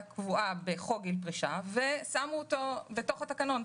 קבועה בחוק גיל פרישה ושמו אותה בתוך התקנון,